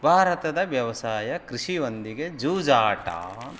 ಭಾರತದ ವ್ಯವಸಾಯ ಕೃಷಿಯೊಂದಿಗೆ ಜೂಜಾಟ